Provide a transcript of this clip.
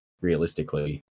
realistically